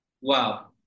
Wow